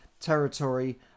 territory